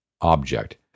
object